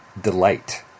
delight